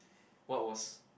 what was